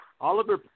Oliver